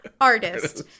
Artist